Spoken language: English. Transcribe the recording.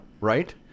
right